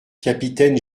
capitaines